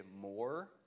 more